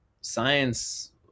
science